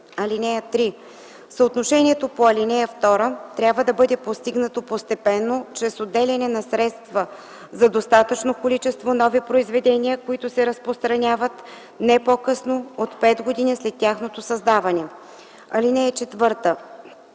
(3) Съотношението по ал. 2 трябва да бъде постигнато постепенно чрез отделяне на средства за достатъчно количество нови произведения, които се разпространяват не по-късно от 5 години след тяхното създаване. (4)